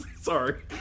sorry